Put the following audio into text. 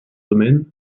domaine